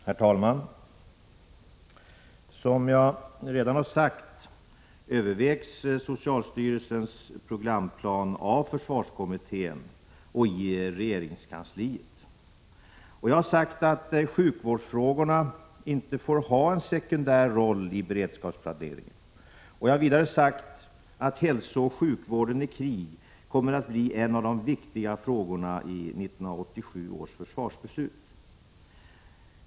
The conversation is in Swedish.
Herr talman! Som jag redan har sagt övervägs socialstyrelsens programplan av försvarskommittén och inom regeringskansliet. Jag har sagt att sjukvårdsfrågorna inte får spela en sekundär roll i beredskapsplaneringen. Jag har vidare sagt att hälsooch sjukvården i krig kommer att bli en av de viktiga frågorna i 1987 års försvarsbeslut.